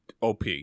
op